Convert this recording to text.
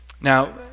Now